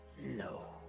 No